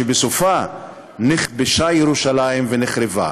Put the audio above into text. שבסופו נכבשה ירושלים ונחרבה.